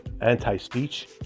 anti-speech